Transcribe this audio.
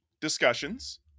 discussions